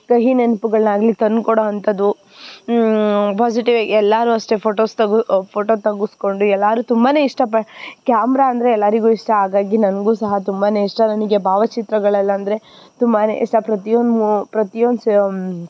ಕಹಿ ನೆನ್ಪುಗಳ್ನೇ ಆಗಲಿ ತಂದು ಕೊಡೋಂಥದ್ದು ಪೋಸಿಟಿವ್ ಇವ್ಗ ಎಲ್ಲರೂ ಅಷ್ಟೇ ಫೋಟೋಸ್ ತಗೋ ಫೋಟೋ ತಗೆಸ್ಕೊಂಡು ಎಲ್ಲರೂ ತುಂಬ ಇಷ್ಟಪಡು ಕ್ಯಾಮ್ರ ಅಂದರೆ ಎಲ್ಲರಿಗೂ ಇಷ್ಟ ಹಾಗಾಗಿ ನನ್ಗೂ ಸಹ ತುಂಬ ಇಷ್ಟ ನನಗೆ ಭಾವಚಿತ್ರಗಳೆಲ್ಲ ಅಂದರೆ ತುಂಬ ಇಷ್ಟ ಪ್ರತಿಯೊಂದು ಮು ಪ್ರತಿಯೊಂದು ಸ್